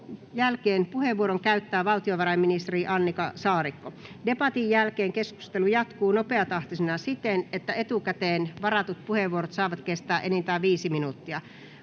jälkeen puheenvuoron käyttää valtiovarainministeri Annika Saarikko. Debatin jälkeen keskustelu jatkuu nopeatahtisena siten, että etukäteen varatut puheenvuorot saavat kestää enintään 5 minuuttia.